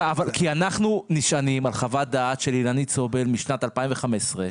כי אנחנו נשענים על חוות דעת של אילנית סובל משנת 2015,